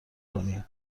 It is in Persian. کنی